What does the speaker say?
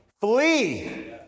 flee